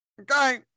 Okay